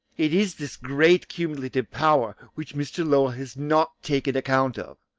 it is this great cumulative power which mr. lowell has not taken account of,